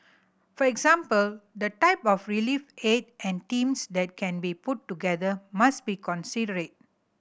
for example the type of relief aid and teams that can be put together must be considered